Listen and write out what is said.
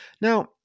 Now